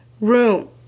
room